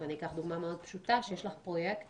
אני אקח דוגמה פשוטה מאוד, שיש לך פרויקט